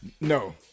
No